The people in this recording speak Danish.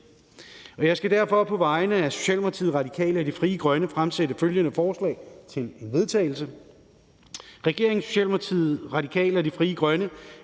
Jeg skal derfor på vegne af Socialdemokratiet, Radikale og Frie Grønne fremsætte følgende: Forslag til vedtagelse »Regeringen og Socialdemokratiet, Radikale Venstre og Frie Grønne